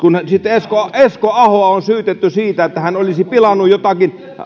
esko esko ahoa on syytetty siitä että hän olisi pilannut jotakin